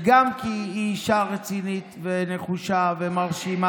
גם כי היא אישה רצינית ונחושה ומרשימה,